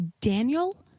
Daniel